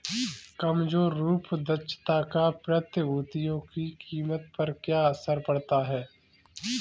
कमजोर रूप दक्षता का प्रतिभूतियों की कीमत पर क्या असर पड़ता है?